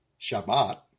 Shabbat